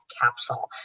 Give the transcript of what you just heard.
capsule